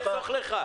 אני אחסוך לך.